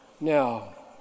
Now